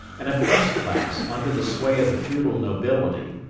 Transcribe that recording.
an oppressed class under the sway of the feudal nobility,